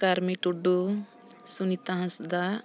Karmi Tudu Sunita Hansda